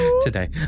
today